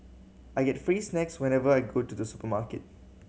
I get free snacks whenever I go to the supermarket